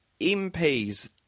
MPs